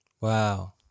Wow